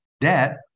debt